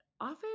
often